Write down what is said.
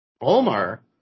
Omar